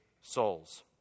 souls